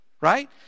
Right